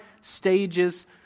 stages